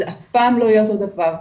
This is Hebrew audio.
זה אף פעם לא אותו דבר.